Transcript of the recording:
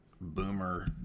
Boomer